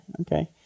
okay